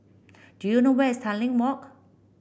do you know where is Tanglin Walk